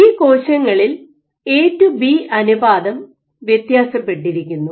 ഈ കോശങ്ങളിൽ A to B അനുപാതം വ്യത്യാസപ്പെട്ടിരിക്കുന്നു